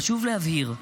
חשוב להבהיר,